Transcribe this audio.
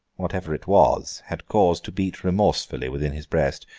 whatever it was, had cause to beat remorsefully within his breast,